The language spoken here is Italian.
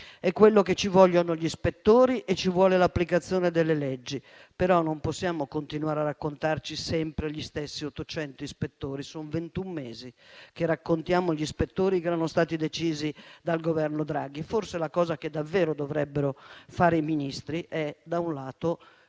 dare è che ci vogliono gli ispettori e l'applicazione delle leggi, però non possiamo continuare a raccontarci sempre gli stessi 800 ispettori: sono ventuno mesi che raccontiamo degli ispettori che erano stati decisi dal Governo Draghi. Forse la cosa che davvero dovrebbero fare i Ministri è - da un lato